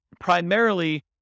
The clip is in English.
primarily